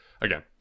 again